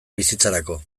bizitzarako